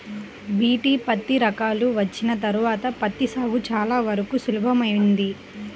BT పత్తి రకాలు వచ్చిన తర్వాత పత్తి సాగు చాలా వరకు సులభతరమైంది